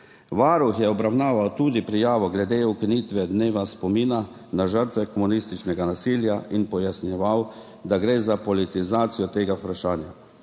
Varuh je obravnaval tudi prijavo glede ukinitve dneva spomina na žrtve komunističnega nasilja in pojasnjeval, da gre za politizacijo tega vprašanja.